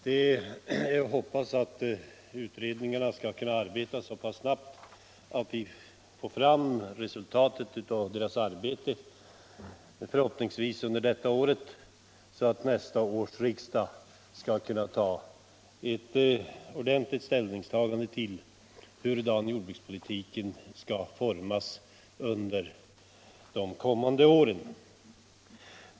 Det är att hoppas att utredningarna skall kunna arbeta så snabbt att resultatet av deras arbete kommer att framläggas under detta år, så att nästa riksmöte kan ta ställning till hur jordbrukspolitiken skall formas under de kommande åren.